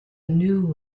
new